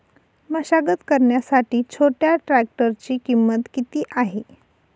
मशागत करण्यासाठी छोट्या ट्रॅक्टरची किंमत किती आहे?